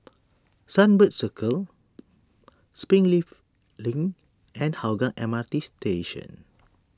Sunbird Circle Springleaf Link and Hougang M R T Station